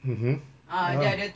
mmhmm ah